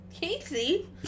Casey